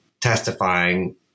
testifying